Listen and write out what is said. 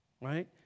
Right